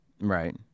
Right